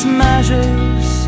measures